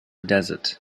desert